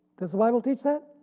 does the bible teach that?